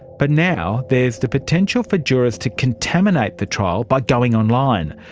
but now there's the potential for jurors to contaminate the trial by going online.